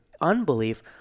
unbelief